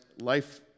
life